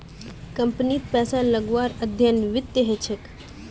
कम्पनीत पैसा लगव्वार अध्ययन वित्तत ह छेक